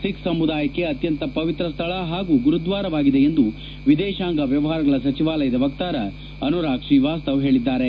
ಸಿಖ್ ಸಮುದಾಯಕ್ಕೆ ಅತ್ಯಂತ ಪವಿತ್ರವಾದ ಸ್ಸಳ ಹಾಗೂ ಗುರುದ್ವಾರವಾಗಿದೆ ಎಂದು ವಿದೇಶಾಂಗ ವ್ಲವಹಾರಗಳ ಸಚಿವಾಲಯದ ವಕ್ತಾರ ಅನುರಾಗ್ ಶ್ರೀವಾಸ್ತವ ಹೇಳಿದ್ದಾರೆ